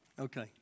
Okay